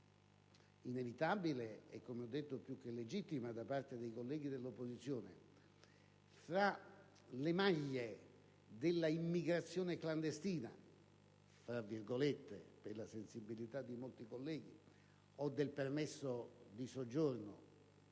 (inevitabile e, come ho detto, più che legittima da parte dei colleghi dell'opposizione) fra le maglie dell'immigrazione «clandestina» (tra virgolette per la sensibilità di molti colleghi) o del permesso di soggiorno